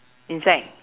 insect